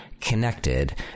connected